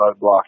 roadblock